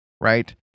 right